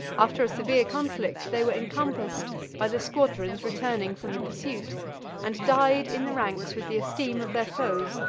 after a severe conflict, they were encompassed by the squadrons returning from the pursuit and died in the ranks with the esteem of their foes,